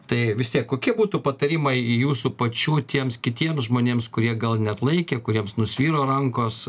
tai vis tiek kokie būtų patarimai jūsų pačių tiems kitiems žmonėms kurie gal neatlaikė kuriems nusviro rankos